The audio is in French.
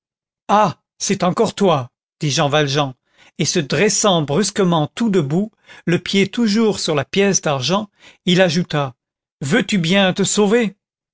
ah c'est encore toi dit jean valjean et se dressant brusquement tout debout le pied toujours sur la pièce d'argent il ajouta veux-tu bien te sauver